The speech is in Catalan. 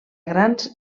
grans